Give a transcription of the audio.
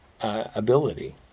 ability